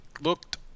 looked